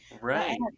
Right